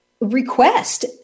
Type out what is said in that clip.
request